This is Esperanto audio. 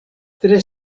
tre